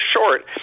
short